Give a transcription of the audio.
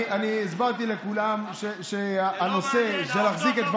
אני הסברתי לכולם שלהחזיק את כל צוות